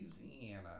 Louisiana